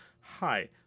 Hi